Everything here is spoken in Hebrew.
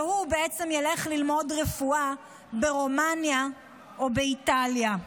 והוא בעצם ילך ללמוד רפואה ברומניה או באיטליה.